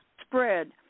spread